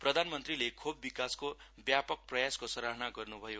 प्रधानमन्त्रीले खोप विकासको व्यापक प्रयासको सराहना गर्नुभयो